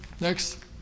Next